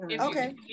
okay